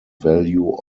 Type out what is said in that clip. value